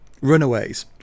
runaways